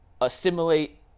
assimilate